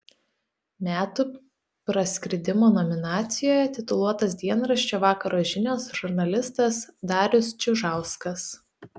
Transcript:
metų praskridimo nominacijoje tituluotas dienraščio vakaro žinios žurnalistas darius čiužauskas